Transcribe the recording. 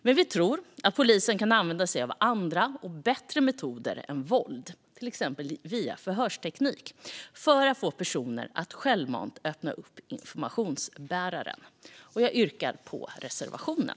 Men vi tror att polisen kan använda sig av andra och bättre metoder än våld, till exempel via förhörsteknik, för att få personer att självmant öppna upp informationsbäraren. Jag yrkar bifall till reservationen.